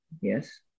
Yes